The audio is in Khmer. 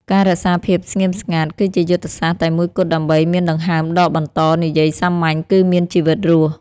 ការរក្សាភាពស្ងៀមស្ងាត់ គឺជាយុទ្ធសាស្ត្រតែមួយគត់ដើម្បីមានដង្ហើមដកបន្ត និយាយសាមញ្ញគឺមានជីវិតរស់។